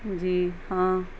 جی ہاں